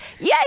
Yay